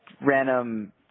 random